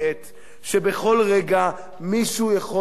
שבכל רגע מישהו יכול להחשיך אותה,